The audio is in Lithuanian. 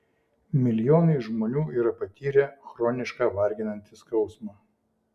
milijonai žmonių yra patyrę chronišką varginantį skausmą